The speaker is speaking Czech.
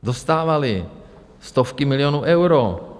Dostávaly stovky milionů euro.